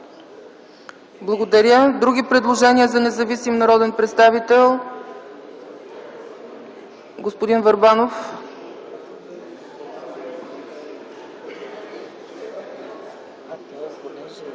Благодаря. Други предложения за независим народен представител? Господин Върбанов.